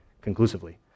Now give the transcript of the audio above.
conclusively